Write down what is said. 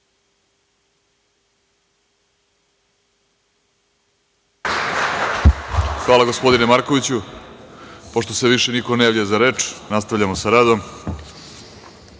Hvala gospodine Markoviću. Pošto se više niko ne javlja za reč, nastavljamo sa